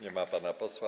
Nie ma pana posła.